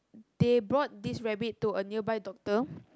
they brought this rabbit to a nearby doctor